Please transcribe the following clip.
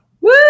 Woo